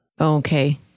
Okay